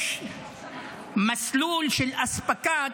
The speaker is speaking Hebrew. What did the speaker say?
יש מסלול של אספקת,